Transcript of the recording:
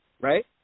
right